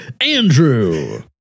Andrew